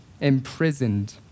imprisoned